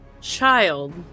child